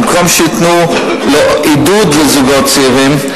במקום שייתנו עידוד לזוגות צעירים,